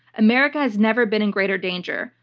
america has never been in greater danger.